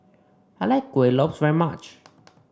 I like Kuih Lopes very much